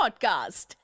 Podcast